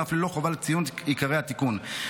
ואף ללא חובת ציון עיקרי התיקון.